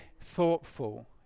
thoughtful